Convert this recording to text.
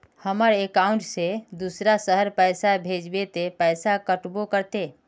हमर अकाउंट से दूसरा शहर पैसा भेजबे ते पैसा कटबो करते?